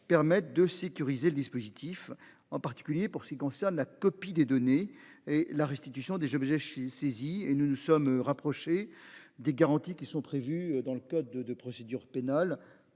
permettent de sécuriser le dispositif en particulier pour ce qui concerne la copie des données et la restitution des objets je suis saisie et nous nous sommes rapprochés des garanties qui sont prévues dans le code de procédure pénale,